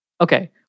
Okay